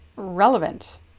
relevant